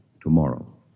tomorrow